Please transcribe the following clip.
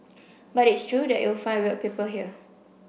but it's true that you'll find weird people here